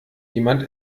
jemand